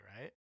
right